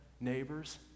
neighbors